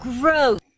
gross